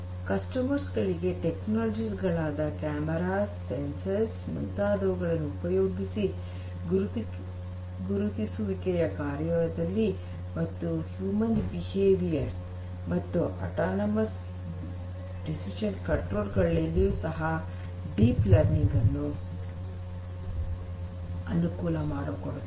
ಗ್ರಾಹಕರಿಗೆ ತಂತ್ರಜ್ಞಾನಗಳಾದ cameras sensors ಮುಂತಾದುವುಗಳನ್ನು ಉಪಯೋಗಿಸಿ ಗುರುತಿಸುವಿಕೆಯ ಕಾರ್ಯದಲ್ಲಿ ಮತ್ತು ಹ್ಯೂಮನ್ ಬಿಹೇವಿಯರ್ ಮತ್ತು ಆಟಾನಮಸ್ ಡಿಸಿಷನ್ ಕಂಟ್ರೋಲ್ ಗಳಲ್ಲಿಯೂ ಸಹ ಡೀಪ್ ಲರ್ನಿಂಗ್ ಅನುಕೂಲ ಮಾಡಿಕೊಡುತ್ತದೆ